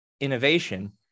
innovation